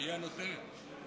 היא הנותנת.